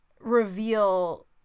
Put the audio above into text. reveal